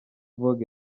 vogue